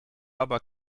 aber